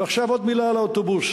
ועכשיו עוד מלה על האוטובוס.